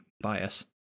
bias